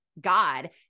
God